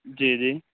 جی جی